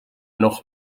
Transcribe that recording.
noch